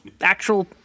actual